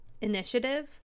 initiative